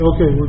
Okay